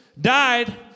died